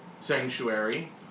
Sanctuary